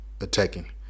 attacking